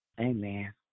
Amen